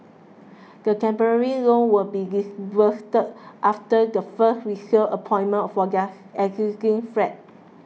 the temporary loan will be disbursed after the first resale appointment for their existing flat